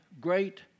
great